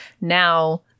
now